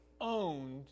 owned